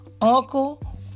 uncle